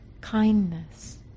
kindness